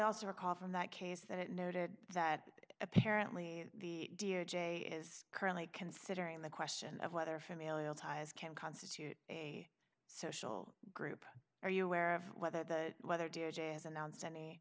also recall from that case that noted that apparently the d o j is currently considering the question of whether familial ties can constitute a social group are you aware of whether the weather do is announce any